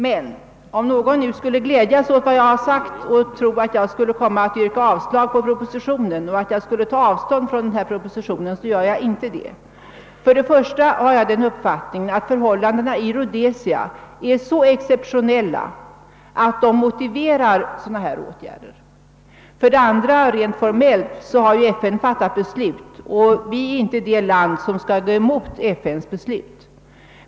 Men om någon skulle glädja sig åt vad jag nu sagt och skulle tro, att jag därmed tar avstånd från propositionen och kommer att yrka avslag på den, vill jag säga att jag inte kommer att göra det. För det första har jag den uppfattningen att förhållandena i Rhodesia är så exceptionella att de motiverar åtgärder av föreslagen art. För det andra har FN rent formellt fattat beslut, och vårt land skall inte vara det som går emot FN:s beslut.